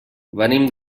venim